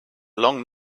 long